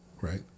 right